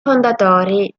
fondatori